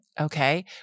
Okay